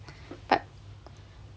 but